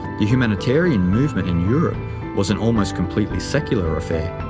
the humanitarian movement in europe was an almost completely secular affair.